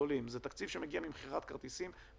הגדולים מגיע ממכירת כרטיסים,